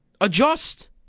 Adjust